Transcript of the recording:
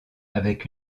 avec